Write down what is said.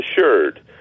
assured